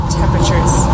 temperatures